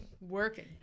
Working